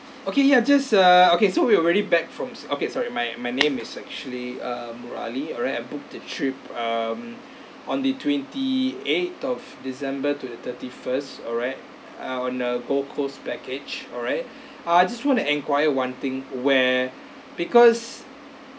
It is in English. okay ya just err okay so we already back from s~ okay sorry my my name is actually um murali alright I booked a trip um on the twenty eighth of december to the thirty first alright uh on a gold coast package alright I just want to enquire one thing where because